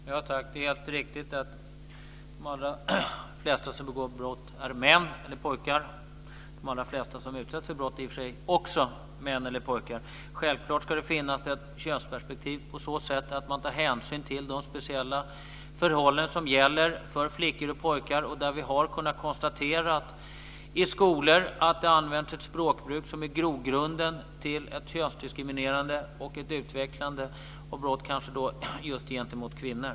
Fru talman! Det är helt riktigt att de allra flesta som begår brott är män eller pojkar. De allra flesta som utsätts för brott är också män eller pojkar. Självklart ska det finnas ett könsperspektiv på så sätt att man tar hänsyn till de speciella förhållanden som gäller både flickor och pojkar. Där har vi kunnat konstatera att det i skolor används ett språk som är grogrunden till ett könsdiskriminerande och ett utvecklande av brott just gentemot kvinnor.